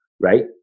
right